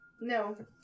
No